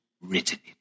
written